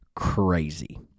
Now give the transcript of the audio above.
Crazy